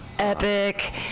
Epic